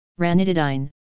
ranitidine